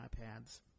iPads